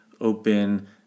open